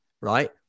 right